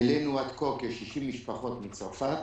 העלינו עד כה כ-60 משפחות מצרפת